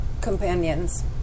companions